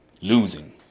losing